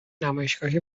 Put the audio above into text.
نمایشگاهی